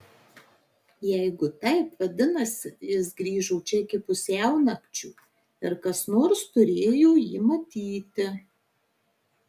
jeigu taip vadinasi jis grįžo čia iki pusiaunakčio ir kas nors turėjo jį matyti